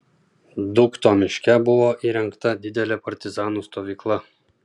dūkto miške buvo įrengta didelė partizanų stovykla